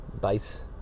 base